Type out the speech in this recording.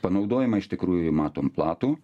panaudojimą iš tikrųjų matom platų